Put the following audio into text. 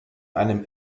einem